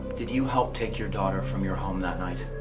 did you help take your daughter from your home that night?